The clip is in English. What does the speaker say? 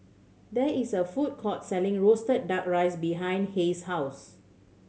there is a food court selling roasted Duck Rice behind Hays' house